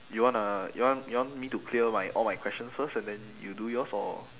you wanna you want you want me to clear my all my questions first and then you do yours or